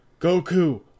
Goku